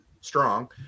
strong